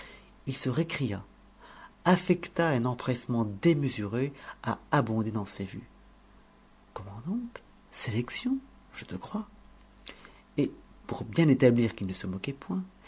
il se récria affecta un empressement démesuré à abonder dans ces vues comment donc sélection je te crois et pour bien établir qu'il ne se moquait point